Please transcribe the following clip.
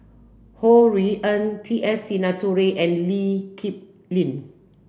Ho Rui An T S Sinnathuray and Lee Kip Lin